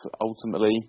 ultimately